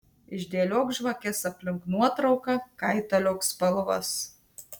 išdėliok žvakes aplink nuotrauką kaitaliok spalvas